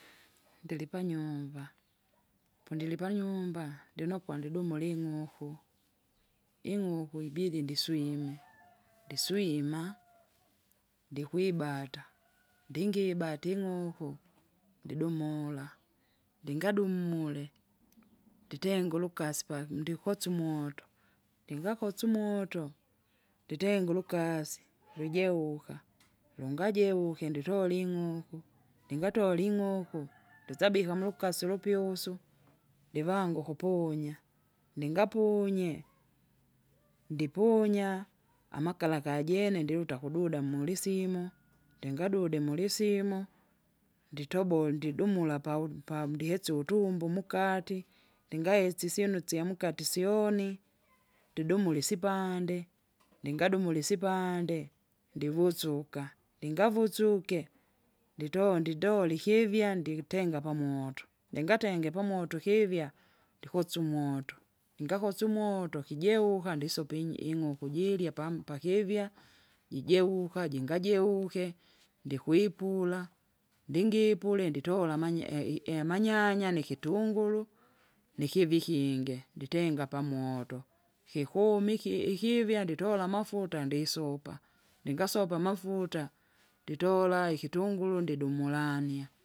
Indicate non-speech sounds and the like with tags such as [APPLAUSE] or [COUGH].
[NOISE] ndilili panyumba, [NOISE] pondili panyumba ndinokwa ndidumuli ing'uku, [NOISE] ing'uku ibi iji ndiswima, [NOISE] ndiswima, ndikwibata, [NOISE] ndingibata ing'uku ndidumula, ndingamule nditenga ulukasi paki ndikosya umoto. Ndingakosye umoto, [NOISE] nditenga ulukasi [NOISE] lwejeuka, lungawuke nditola ing'uku, [NOISE] lingatola ing'oku, [NOISE] lisabika mulukasi ulupyusu, livangu ukupunya, ndingapunye, ndipunya, amakala kajene ndiluta kududa mulisimo, [NOISE] ndingadude mulisimo, nditoboe ndidumula pau- pamdihesa utumbo mukati, lingahesisye isyinu syamukati syooni [NOISE] ndidumule isipande, ndingadumule isipande, ndivusuka. Ndingavusuke nditonde indole ikivya nditenga pamoto, ndingatenge pamoto ikivya, ndikosye umoto, ningakosye umoto! kijeuka inyi- ing'uku jirya pam- pakivya. Jijeuka jingajeuke, ndikweipula. Ndingipule nditola amanya- e- i- e- amanyanya nikitunguru, nikivivikinge nditenga pamoto kikuma iki- ikivya nditola amafuta ndisopa, [NOISE] ndingasopa amafuta ndisopa, [NOISE] ningasopa amafuta, nditola ikitunguru ndidumulanya.